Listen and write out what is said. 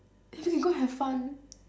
then we can go have fun